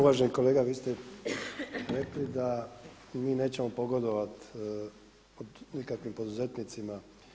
Uvaženi kolega, vi ste rekli da mi nećemo pogodovati nikakvim poduzetnicima.